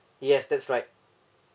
yes that's right